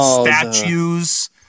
statues